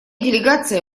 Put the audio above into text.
делегация